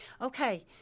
okay